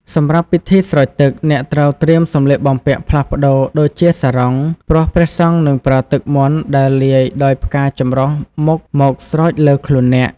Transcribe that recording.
សម្រាប់ពិធីស្រោចទឹក អ្នកត្រូវត្រៀមសម្លៀកបំពាក់ផ្លាស់ប្តូរ ដូចជាសារុង ព្រោះព្រះសង្ឃនឹងប្រើទឹកមន្តដែលលាយដោយផ្កាចម្រុះមុខមកស្រោចលើខ្លួនអ្នក។